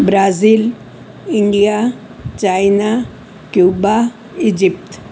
Brazil India China Cuba Egypt